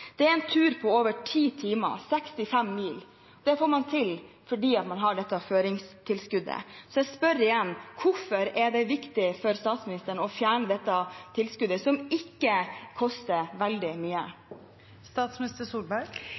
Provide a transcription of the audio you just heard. er det en tur på over ti timer, 65 mil. Det får man til fordi man har dette føringstilskuddet. Så jeg spør igjen: Hvorfor er det viktig for statsministeren å fjerne dette tilskuddet, som ikke koster veldig